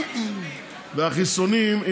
מה עם החיסונים?